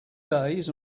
days